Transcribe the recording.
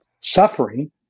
suffering